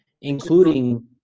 including